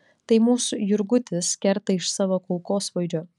tai mūsų jurgutis kerta iš savo kulkosvaidžio